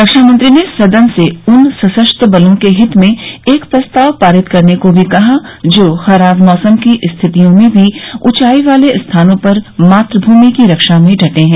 रक्षा मंत्री ने सदन से उन सशस्त्र बलों के हित में एक प्रस्ताव पारित करने को भी कहा जो खराब मौसम की स्थितियों में भी ऊंचाई वाले स्थानों पर मातभूमि की रक्षा में डटे हैं